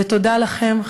תודה לכם,